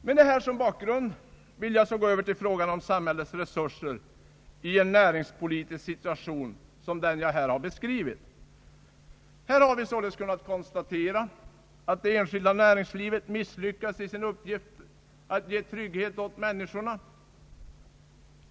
Med detta som bakgrund vill jag så gå över till frågan om samhällets resurser i en näringspolitisk situation som den jag här beskrivit. Vi har således kunnat konstatera att det enskilda näringslivet misslyckats i sin uppgift att ge trygghet åt människorna.